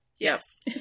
Yes